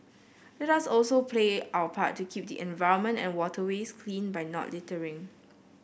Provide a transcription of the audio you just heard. let us also play our part to keep the environment and waterways clean by not littering